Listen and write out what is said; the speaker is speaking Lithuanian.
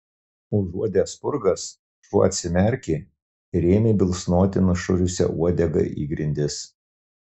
užuodęs spurgas šuo atsimerkė ir ėmė bilsnoti nušiurusia uodega į grindis